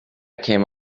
came